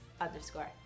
underscore